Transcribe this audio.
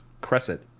Crescent